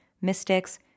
mystics